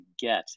get